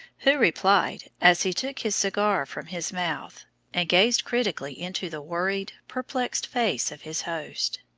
who replied, as he took his cigar from his mouth and gazed critically into the worried, perplexed face of his host